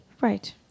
Right